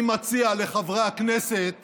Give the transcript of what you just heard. אני מציע לחברי הכנסת